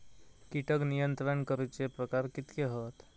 कीटक नियंत्रण करूचे प्रकार कितके हत?